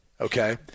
okay